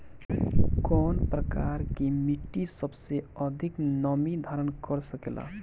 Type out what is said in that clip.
कौन प्रकार की मिट्टी सबसे अधिक नमी धारण कर सकेला?